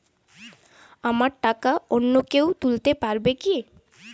আমার টাকা অন্য কেউ তুলতে পারবে কি?